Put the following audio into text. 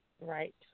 Right